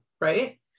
right